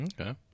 Okay